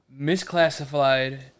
misclassified